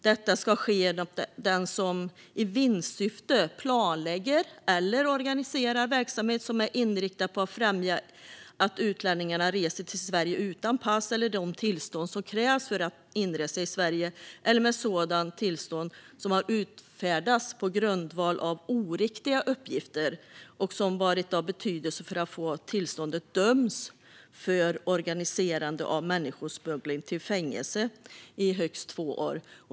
Detta ska ske genom att den som i vinstsyfte planlägger eller organiserar verksamhet som är inriktad på att främja att utlänningar reser till Sverige utan pass eller de tillstånd som krävs för inresa i Sverige eller med sådana tillstånd som har utfärdats på grundval av oriktiga uppgifter och som har varit av betydelse för att få tillståndet döms för organiserande av människosmuggling till fängelse i högst två år.